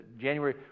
January